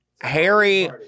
Harry